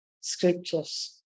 scriptures